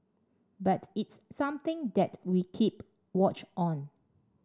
but it's something that we keep watch on